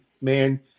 man